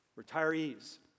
Retirees